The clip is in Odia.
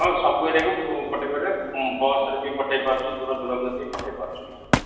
ହଁ ସବୁ ଏରିଆକୁ ପଠେଇ ପାରିବେ ବସ୍ରେ ବି ପଠାଇ ପାରୁଛୁ ଦୂର ଦୂରକୁ ବି ପଠାଇ ପାରୁଛୁ କିଛି ଅସୁବିଧା ନାହିଁ